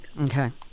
Okay